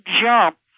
jump